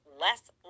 less